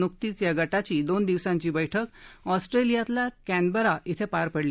नुकतीच या गटाची दोन दिवसांची बैठक ऑस्ट्रेलियातल्या क्रमबेरा इथं पार पडली